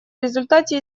результате